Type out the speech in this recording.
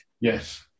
Yes